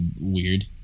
weird